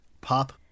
pop